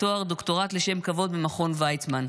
תואר דוקטורט לשם כבוד במכון ויצמן.